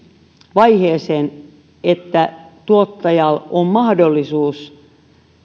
vaiheeseen että tuottajalla on mahdollisuus